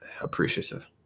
appreciative